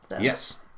Yes